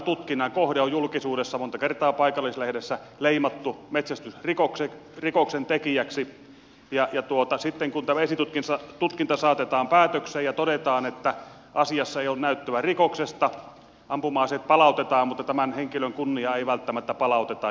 tutkinnan kohde on monta kertaa julkisuudessa paikallislehdessä leimattu metsästysrikoksen tekijäksi ja sitten kun tämä esitutkinta saatetaan päätökseen ja todetaan että asiassa ei ole näyttöä rikoksesta ampuma ase palautetaan mutta tämän henkilön kunniaa ei välttämättä palauteta